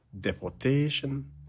deportation